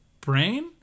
brain